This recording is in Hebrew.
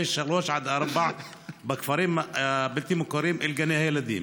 שלוש עד ארבע בכפרים הבלתי-מוכרים אל גני הילדים,